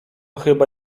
chyba